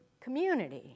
community